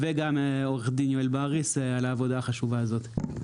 וגם עורך דין יואל בריס על העבודה החשובה הזאת.